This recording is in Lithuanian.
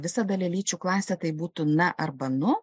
visą dalelyčių klasę tai būtų na arba nu